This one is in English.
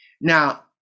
Now